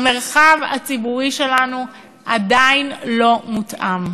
המרחב הציבורי שלנו עדיין לא מותאם.